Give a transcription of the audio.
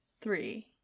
three